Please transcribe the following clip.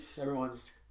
Everyone's